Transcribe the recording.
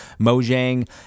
Mojang